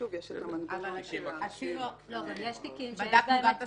שוב, יש את המנגנון של --- בדקנו גם ב-3%,